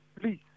Please